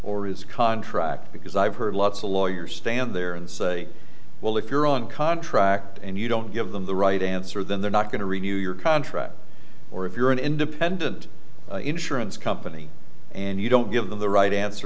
or his contract because i've heard lots a lawyer stand there and say well if you're on contract and you don't give them the right answer then they're not going to review your contract or if you're an independent insurance company and you don't give them the right answer